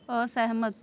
ਅਸਹਿਮਤ